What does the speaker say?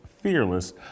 Fearless